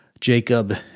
Jacob